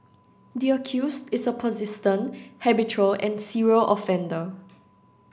the accused is a persistent habitual and serial offender